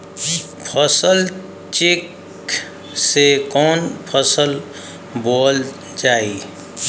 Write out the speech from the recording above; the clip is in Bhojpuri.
फसल चेकं से कवन फसल बोवल जाई?